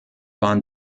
waren